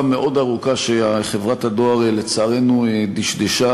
מאוד ארוכה שחברת הדואר לצערנו דשדשה,